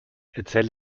erzähl